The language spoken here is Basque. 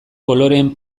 koloreen